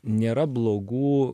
nėra blogų